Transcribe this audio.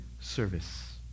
service